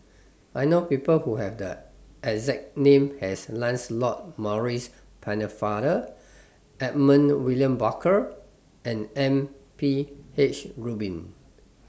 I know People Who Have The exact name as Lancelot Maurice Pennefather Edmund William Barker and M P H Rubin